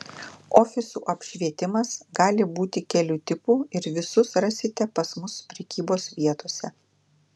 ofisų apšvietimas gali būti kelių tipų ir visus rasite pas mus prekybos vietose